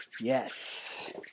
Yes